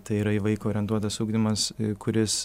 tai yra į vaiko orientuotas ugdymas kuris